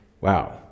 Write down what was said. Wow